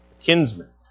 Kinsmen